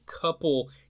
couple